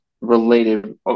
related